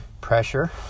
Pressure